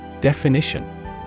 Definition